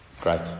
great